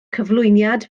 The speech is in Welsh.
cyflwyniad